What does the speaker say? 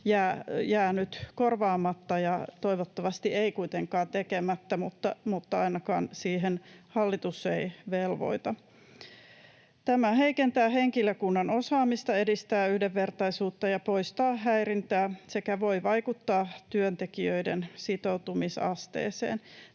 jää nyt korvaamatta. Toivottavasti ei kuitenkaan tekemättä, mutta ainakaan siihen hallitus ei velvoita. Tämä heikentää henkilökunnan osaamista yhdenvertaisuuden edistämisessä ja häirinnän poistamisessa sekä voi vaikuttaa työntekijöiden sitoutumisasteeseen.